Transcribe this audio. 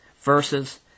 verses